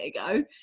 ago